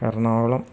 Ernakulam